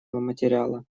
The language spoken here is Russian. материала